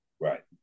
Right